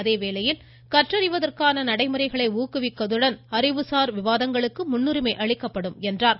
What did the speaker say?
அதேவேளையில் கற்றறிவதற்கான நடைமுறைகளை ஊக்குவிக்கப்படுவதோடு அறிவுசார் விவாதங்களுக்கு முன்னுரிமை அளிக்கப்படும் என்றார்